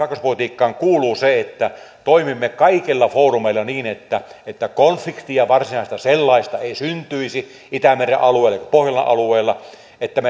vakauspolitiikkaan kuuluu se että toimimme kaikilla foorumeilla niin että että konfliktia varsinaista sellaista ei syntyisi itämeren alueella pohjolan alueella ja että